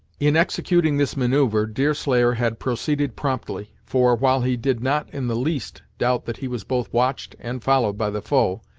in executing this maneuver, deerslayer had proceeded promptly, for, while he did not in the least doubt that he was both watched and followed by the foe,